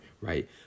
right